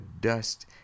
dust